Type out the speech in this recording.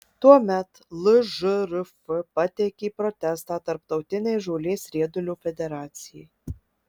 tuomet lžrf pateikė protestą tarptautinei žolės riedulio federacijai